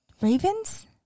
ravens